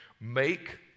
Make